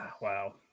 Wow